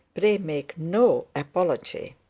pray make no apology